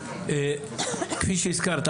כפי שהזכרת,